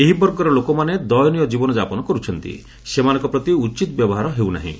ଏହି ବର୍ଗର ଲୋକମାନେ ଦୟନୀୟ ଜୀବନଯାପନ କରୁଛନ୍ତି ସେମାନଙ୍କ ପ୍ରତି ଉଚିତ ବ୍ୟବହାର ହେଉନାହିଁ